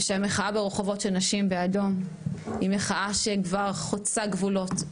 ושהמחאה ברחובות של נשים באדום היא מחאה שכבר חוצה גבולות,